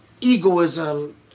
egoism